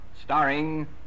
starring